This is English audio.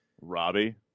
robbie